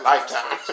Lifetime